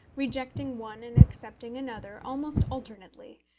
rejecting one and accepting another, almost alternately,